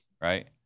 Right